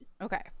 Okay